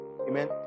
Amen